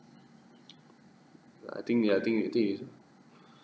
I think ya I think you think is